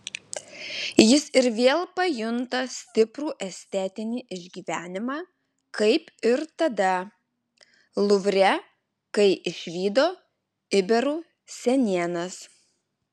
jis ir vėl pajunta stiprų estetinį išgyvenimą kaip ir tada luvre kai išvydo iberų senienas